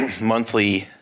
monthly